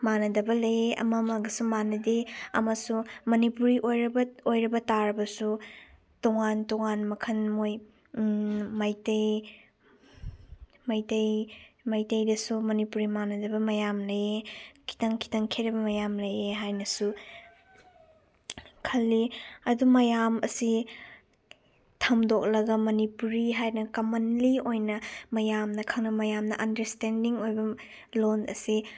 ꯃꯥꯅꯗꯕ ꯂꯩ ꯑꯃꯃꯒꯁꯨ ꯃꯥꯅꯗꯦ ꯑꯃꯁꯨꯡ ꯃꯅꯤꯄꯨꯔꯤ ꯑꯣꯏꯔꯕ ꯇꯥꯔꯕꯁꯨ ꯇꯣꯉꯥꯟ ꯇꯣꯉꯥꯟ ꯃꯈꯟ ꯃꯣꯏ ꯃꯩꯇꯩ ꯃꯩꯇꯩ ꯃꯩꯇꯩꯗꯁꯨ ꯃꯅꯤꯄꯨꯔꯤ ꯃꯥꯅꯗꯕ ꯃꯌꯥꯝ ꯂꯩꯌꯦ ꯈꯤꯇꯪ ꯈꯤꯇꯪ ꯈꯦꯠꯅꯕ ꯃꯌꯥꯝ ꯂꯩꯌꯦ ꯍꯥꯏꯅꯁꯨ ꯈꯜꯂꯤ ꯑꯗꯨ ꯃꯌꯥꯝ ꯑꯁꯤ ꯊꯝꯗꯣꯛꯂꯒ ꯃꯅꯤꯄꯨꯔꯤ ꯍꯥꯏꯅ ꯀꯃꯟꯂꯤ ꯑꯣꯏꯅ ꯃꯌꯥꯝꯅ ꯃꯌꯥꯝꯅ ꯑꯟꯗꯔꯁꯇꯦꯟꯗꯤꯡ ꯑꯣꯏꯕ ꯂꯣꯟ ꯑꯁꯤ